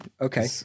Okay